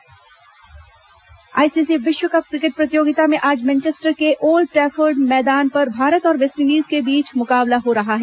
विश्व cup ICC विश्व cup cricket प्रतियोगिता में आज मैनचेस्टर के ओल्ड ट्रैफर्ड मैदान पर भारत और वेस्टइंडीज के बीच मुकाबला हो रहा है